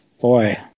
Boy